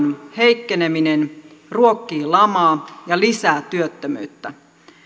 heikkeneminen ruokkii lamaa ja lisää työttömyyttä